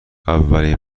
اولین